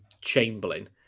Chamberlain